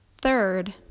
third